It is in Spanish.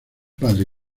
padre